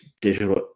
digital